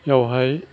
बेवहाय